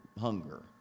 hunger